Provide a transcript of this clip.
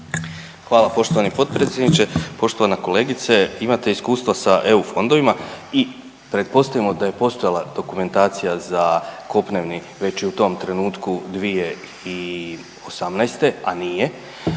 Hvala poštovani potpredsjedniče. Poštovana kolegice, imate iskustva sa EU fondovima i pretpostavimo da je postojala dokumentacija za kopneni već i u tom trenutku 2018., a nije,